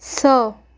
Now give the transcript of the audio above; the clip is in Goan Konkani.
स